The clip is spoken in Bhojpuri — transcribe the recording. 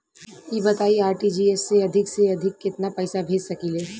ई बताईं आर.टी.जी.एस से अधिक से अधिक केतना पइसा भेज सकिले?